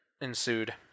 ensued